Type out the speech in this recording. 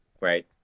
right